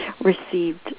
received